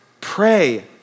Pray